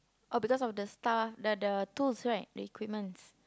oh because of the stuff the the tools right the equipment